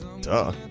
duh